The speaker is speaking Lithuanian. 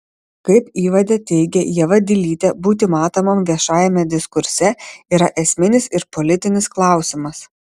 kaip įvade teigia ieva dilytė būti matomam viešajame diskurse yra esminis ir politinis klausimas